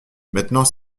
maintenant